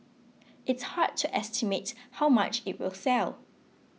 it's hard to estimate how much it will sell